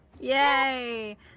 Yay